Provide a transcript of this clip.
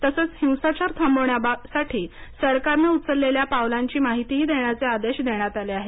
तसंच हिंसाचार थांबवण्यासाठी सरकारनं उचललेल्या पावलांची माहितीही देण्याचे आदेश देण्यात आले आहेत